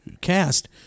cast